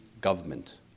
government